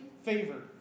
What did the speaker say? favor